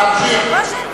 להמשיך.